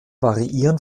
variieren